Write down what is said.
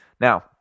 Now